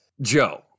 Joe